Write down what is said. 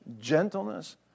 gentleness